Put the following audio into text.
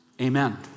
amen